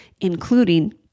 including